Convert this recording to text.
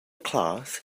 class